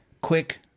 quick